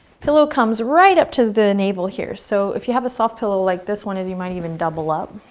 pillow comes right up to the navel, here. so if you have a soft pillow like this one is, you might even double up.